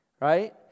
Right